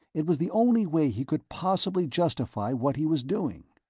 it was the only way he could possibly justify what he was doing.